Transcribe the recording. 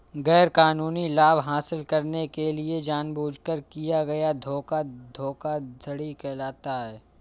गैरकानूनी लाभ हासिल करने के लिए जानबूझकर किया गया धोखा धोखाधड़ी कहलाता है